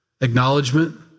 acknowledgement